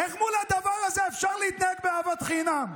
איך מול הדבר הזה אפשר להתנהג באהבת חינם?